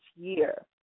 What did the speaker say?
year